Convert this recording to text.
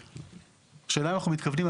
השאלה אם אנחנו מתכוונים,